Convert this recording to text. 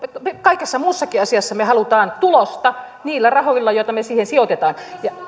kaikessa muussakin asiassa me haluamme tulosta niillä rahoilla joita me siihen sijoitamme